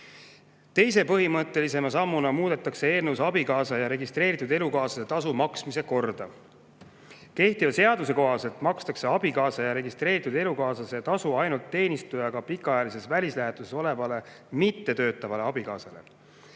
põhimõttelise sammuna muudetakse eelnõus abikaasa ja registreeritud elukaaslase tasu maksmise korda. Kehtiva seaduse kohaselt makstakse abikaasa ja registreeritud elukaaslase tasu ainult teenistujaga pikaajalises välislähetuses olevale mittetöötavale abikaasale.